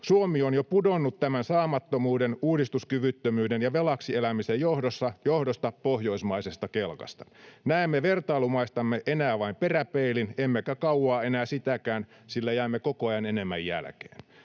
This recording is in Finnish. Suomi on jo pudonnut tämän saamattomuuden, uudistuskyvyttömyyden ja velaksi elämisen johdosta pohjoismaisesta kelkasta. Näemme vertailumaistamme enää vain peräpeilin emmekä kauaa enää sitäkään, sillä jäämme koko ajan enemmän jälkeen,